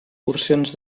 porcions